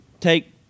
Take